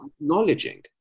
acknowledging